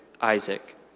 Isaac